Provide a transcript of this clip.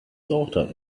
daughter